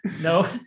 No